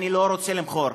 אני לא רוצה למכור.